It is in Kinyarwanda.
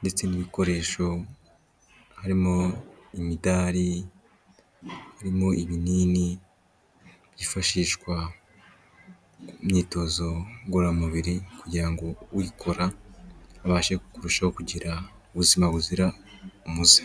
ndetse n'ibikoresho harimo imidari, harimo ibinini byifashishwa imyitozo ngororamubiri kugira uyikora abashe kurushaho kugira ubuzima buzira umuze.